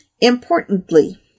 Importantly